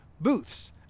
booths